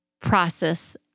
process